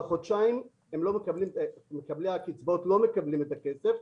חודשיים שמקבלי הקצבאות לא מקבלים את הכסף.